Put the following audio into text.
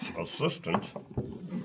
Assistant